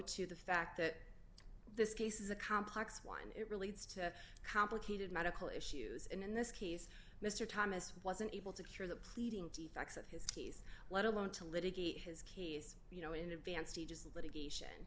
to the fact that this case is a complex one it relates to complicated medical issues and in this case mr thomas wasn't able to cure the pleading defects of his case let alone to litigate his case you know in advance to just the litigation